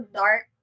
dark